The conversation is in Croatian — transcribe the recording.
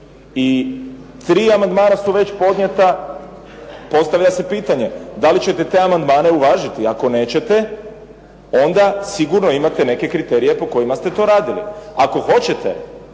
I 3 amandmana su već podnijeta, postavlja se pitanje da li ćete te amandmane uvažiti? Ako nećete onda sigurno imate neke kriterije po kojima ste to radili. Ako hoćete